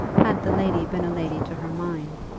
had the lady been a lady to her mind.